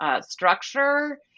structure